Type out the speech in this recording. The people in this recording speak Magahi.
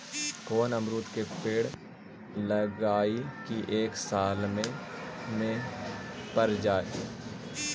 कोन अमरुद के पेड़ लगइयै कि एक साल में पर जाएं?